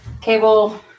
cable